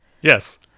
Yes